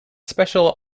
special